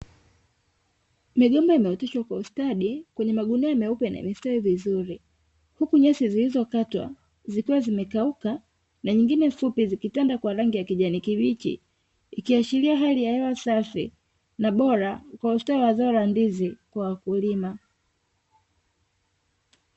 Migomba imeoteshwa kwa ustadi kwenye magunia meupe na imestawi vizuri, huku nyasi zilizokatwa zikiwa zimekauka na nyingine fupi zikitanda kwa rangi ya kijani kibichi, ikiashiria hali ya hewa safi na bora kwa ustawi wa zao la ndizi kwa wakulima.